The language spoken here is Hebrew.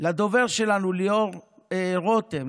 לדובר שלנו ליאור רותם,